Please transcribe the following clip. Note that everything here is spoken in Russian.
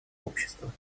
общество